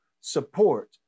support